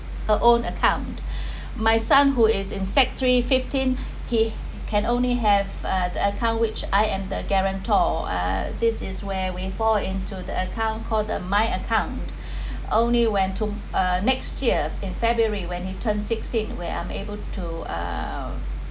her own account my son who is in sec three fifteen he can only have uh account which I am the guarantor uh this is where we fall into the account called the my account only when to uh next year in february when he turn sixteen where I'm able to uh